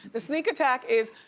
the sneak attack is,